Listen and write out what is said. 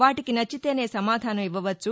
వాటికి నచ్చితేనే సమాధానం ఇవ్వవచ్చు